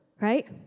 right